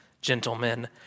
gentlemen